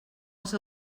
els